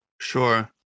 Sure